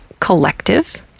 collective